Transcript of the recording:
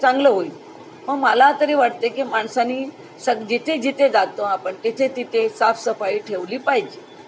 चांगलं होईल मग मला तरी वाटते की माणसांनी सग् जिथे जिथे जातो आपण तिथे तिथे साफसफाई ठेवली पाहिजे